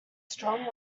strong